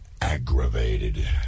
aggravated